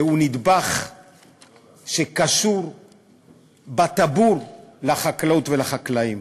שהיא נדבך שקשור בטבור לחקלאות ולחקלאים.